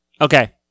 Okay